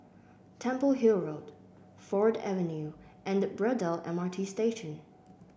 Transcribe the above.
Temple Hill Road Ford Avenue and Braddell M R T Station